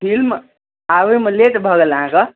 film आबैमे late भऽ गेल अहाँके